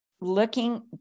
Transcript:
looking